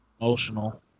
Emotional